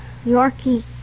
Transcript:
Yorkie